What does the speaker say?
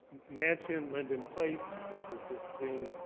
mansion, linden place, which we've just seen